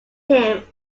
him